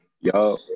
Yo